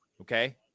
Okay